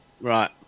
Right